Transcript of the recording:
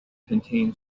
contain